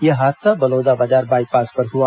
यह हादसा बलौदाबाजार बायपास पर हुआ